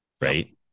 right